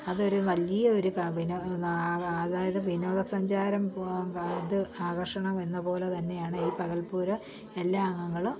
അതൊരു വലിയൊരു അതായത് വിനോദ സഞ്ചാരം അത് ആകർഷണം എന്നപോലെ തന്നെയാണ് ഈ പകൽപ്പൂരം എല്ലാ അംഗങ്ങളും